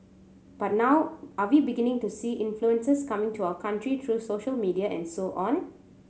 but now are we beginning to see influences coming to our country through social media and so on